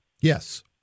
Yes